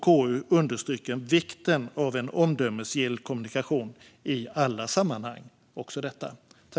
KU understryker vikten av en omdömesgill kommunikation i alla sammanhang, också detta.